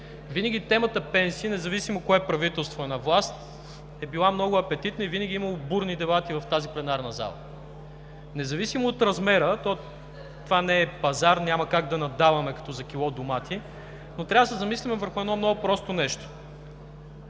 Винаги темата „Пенсии“, независимо кое правителство е на власт, е била много апетитна и винаги е имало бурни дебати в тази пленарна зала. Независимо от размера, това не е пазар – няма как да наддаваме, като за килограм домати, но трябва да се замислим върху едно много просто нещо